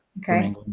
Okay